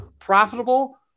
profitable